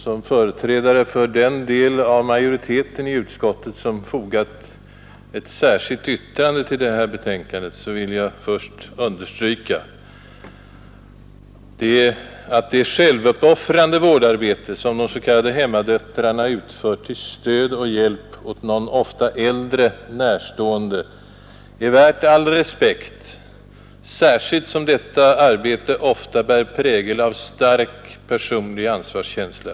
Som företrädare för den del av majoriteten i utskottet, som fogat ett särskilt yttrande till utskottets betänkande, vill jag först understryka att det självuppoffrande vårdarbete som de s.k. hemmadöttrarna utför till stöd och hjälp för någon ofta äldre närstående är värt all respekt, särskilt som detta arbete ofta bär prägel av stark personlig ansvarskänsla.